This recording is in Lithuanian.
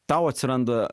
tau atsiranda